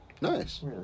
Nice